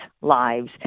lives